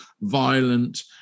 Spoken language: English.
violent